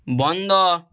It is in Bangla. বন্ধ